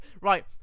right